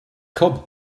cub